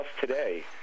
today